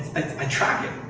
i track it,